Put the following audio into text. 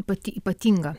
pati ypatinga